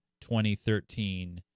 2013